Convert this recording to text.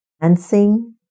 Dancing